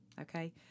Okay